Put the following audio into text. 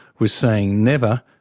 was saying never,